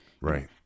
right